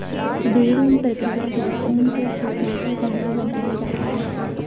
भेड़ ऊन प्रक्रिया द्वारा ऊन को सुलझाकर धागा बनाया जाता है